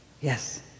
Yes